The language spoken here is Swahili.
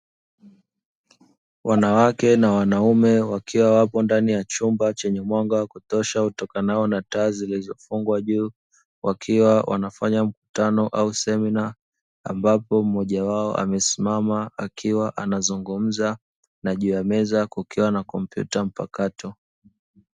Wanawake na wanaume wakiwa wapo ndani ya chumba chenye mwanga wa kutosha utokanao na taa zilizofungwa juu wakiwa wanafanya mkutano au semina ambapo mmoja wao amesimama akiwa anazungumza na juu ya meza kukiwa na kompyuta mpakato.